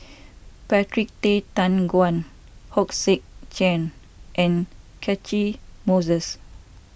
Patrick Tay Teck Guan Hong Sek Chern and Catchick Moses